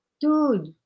Dude